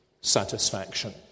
satisfaction